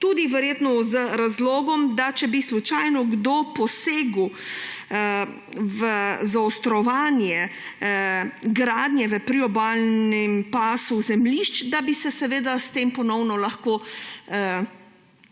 tudi verjetno z razlogom, da če bi slučajno kdo posegel v zaostrovanje gradnje v priobalnem pasu zemljišč, da bi se s tem ponovno lahko